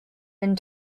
and